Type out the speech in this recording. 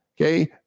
Okay